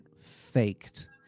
faked